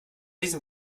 diesem